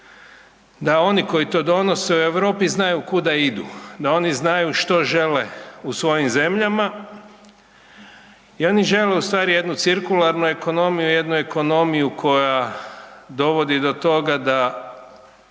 da oni koji to donose u Europi znaju kuda idu, da oni znaju što žele u svojim zemljama i oni žele ustvari jednu cirkularnu ekonomiju, jednu ekonomiju koja dovodi do toga da